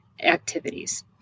activities